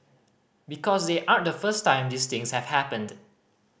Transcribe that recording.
because they aren't the first time these things have happened